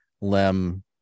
Lem